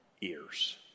ears